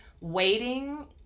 waiting